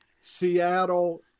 Seattle